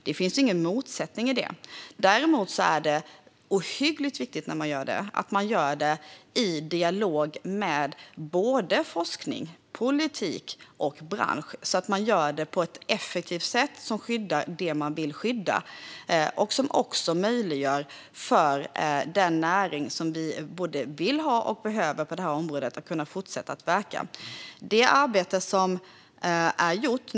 Det finns ingen motsättning i det. När man gör det är det ohyggligt viktigt att det sker i dialog med forskning, politik och bransch, så att man gör det på ett effektivt sätt som skyddar det man vill skydda och möjliggör för den näring som vi vill ha och behöver att fortsätta verka på det här området.